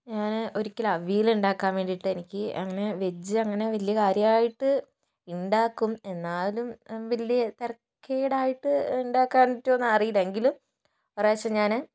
ഞാൻ ഒരിക്കലും അവിയൽ ഉണ്ടാക്കാൻ വേണ്ടിയിട്ട് എനിക്ക് അങ്ങനെ വെജ് അങ്ങനെ വലിയ കാര്യമായിട്ട് ഉണ്ടാക്കും എന്നാലും വലിയ തരക്കേടായിട്ട് ഉണ്ടാക്കാൻ പറ്റുമോയെന്ന് അറിയില്ല ഒരു പ്രാവശ്യം ഞാൻ